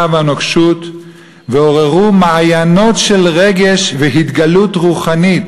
והנוקשות ועוררו מעיינות של רגש והתגלות רוחנית.